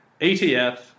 ETF